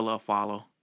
Follow